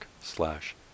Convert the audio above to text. slash